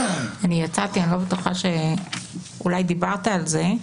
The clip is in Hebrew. יצאתי, אולי דיברת על זה.